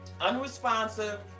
unresponsive